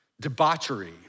debauchery